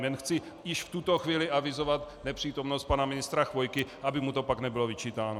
Jen chci již v tuto chvíli avizovat nepřítomnost pana ministra Chvojky, aby mu to pak nebylo vyčítáno.